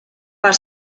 per